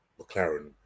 McLaren